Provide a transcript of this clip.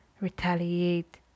retaliate